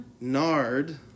Nard